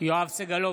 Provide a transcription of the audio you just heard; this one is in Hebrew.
בהצבעה יואב סגלוביץ'